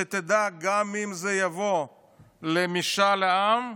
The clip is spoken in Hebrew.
שתדע שגם אם זה יגיע למשאל עם,